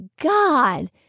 God